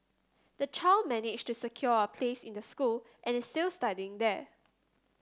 the child managed to secure a place in the school and is still studying there